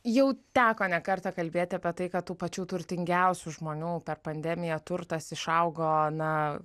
jau teko ne kartą kalbėti apie tai kad tų pačių turtingiausių žmonių per pandemiją turtas išaugo na